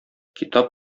китап